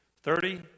Thirty